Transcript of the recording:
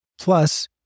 Plus